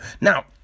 Now